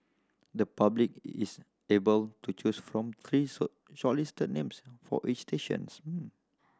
the public is able to choose from three shortlisted names for each stations